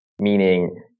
meaning